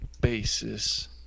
basis